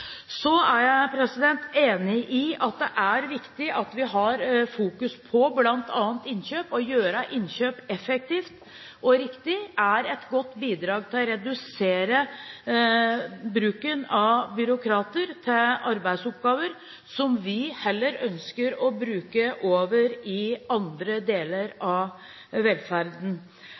Så er jeg enig i at det er viktig at vi fokuserer på bl.a. innkjøp. Å gjøre innkjøp effektivt og riktig er et godt bidrag til å redusere byråkratiet og flytte arbeidsoppgaver, som vi heller ønsker, til andre deler av velferden.